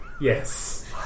Yes